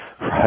Right